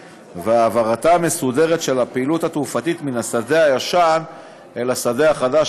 והעברתה המסודרת של פעילות התעופה מן השדה הישן אל השדה החדש,